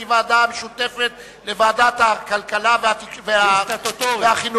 שהיא ועדה משותפת לוועדת הכלכלה והחינוך.